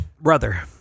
Brother